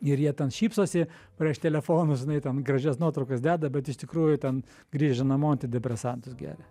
ir jie ten šypsosi prieš telefonus žinai ten gražias nuotraukas deda bet iš tikrųjų ten grįžę namo antidepresantus geria